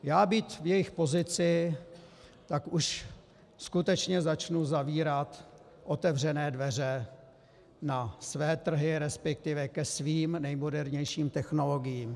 Já být v jejich pozici, tak už skutečně začnu zavírat otevřené dveře na své trhy, resp. ke svým nejmodernějším technologiím.